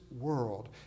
world